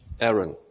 Aaron